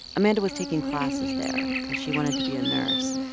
amanda was taking classes there because she wanted to be a nurse,